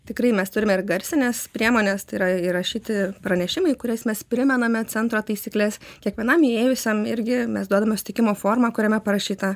tikrai mes turime ir garsines priemones tai yra įrašyti pranešimai kuriais mes primename centro taisykles kiekvienam įėjusiam irgi mes duodame sutikimo formą kuriame parašyta